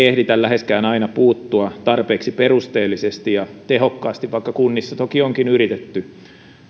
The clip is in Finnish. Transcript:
ehditä läheskään aina puuttua tarpeeksi perusteellisesti ja tehokkaasti vaikka kunnissa toki onkin yritetty